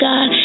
God